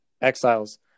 exiles